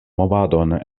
movadon